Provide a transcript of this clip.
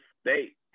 state